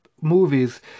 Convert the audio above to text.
movies